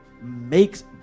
Makes